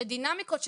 דינמיקות,